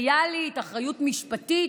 מיניסטריאלית, אחריות משפטית?